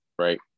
right